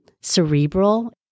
cerebral